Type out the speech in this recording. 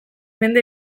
mende